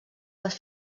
les